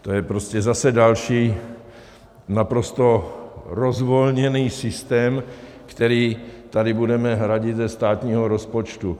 To je prostě zase další naprosto rozvolněný systém, který tady budeme hradit ze státního rozpočtu.